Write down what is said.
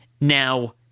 Now